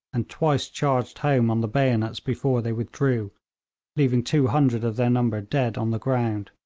and twice charged home on the bayonets before they withdrew leaving two hundred of their number dead on the ground.